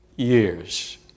Years